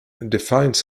defines